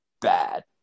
bad